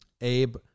Abe